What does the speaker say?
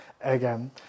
again